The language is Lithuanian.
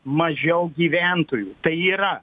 mažiau gyventojų tai yra